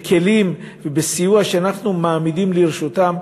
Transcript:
בכלים ובסיוע שאנחנו מעמידים לרשותם,